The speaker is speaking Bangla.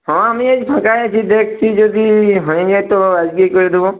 হ্যাঁ আমি ফাঁকাই আছি দেখছি যদি হয়ে যায় তো আজকেই করে দেবো